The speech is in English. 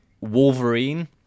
Wolverine